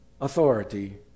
authority